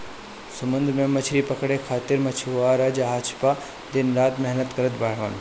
समुंदर में मछरी पकड़े खातिर मछुआरा जहाज पे दिन रात मेहनत करत हवन